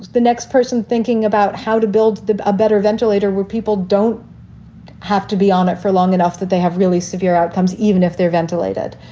the next person thinking about how to build a ah better ventilator where people don't have to be on it for long enough that they have really severe outcomes, even if they're ventilated.